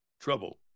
trouble